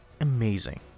amazing